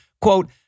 quote